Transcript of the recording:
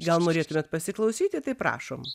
gal norėtumėt pasiklausyti tai prašom